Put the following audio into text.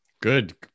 Good